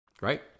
Right